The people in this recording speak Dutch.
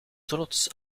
trots